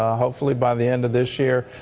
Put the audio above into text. ah hopefully, by the end of this year,